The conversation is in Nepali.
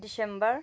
दिसम्बर